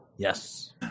Yes